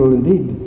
indeed